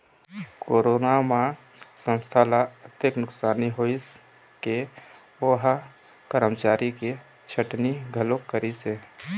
corona म संस्था ल अतेक नुकसानी होइस के ओ ह करमचारी के छटनी घलोक करिस हे